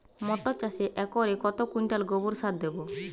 মটর চাষে একরে কত কুইন্টাল গোবরসার দেবো?